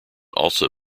also